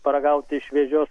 paragauti šviežios